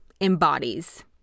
embodies